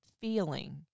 feeling